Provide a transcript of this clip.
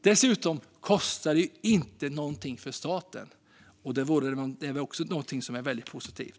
Dessutom kostar det inte något för staten, och det är ju också positivt.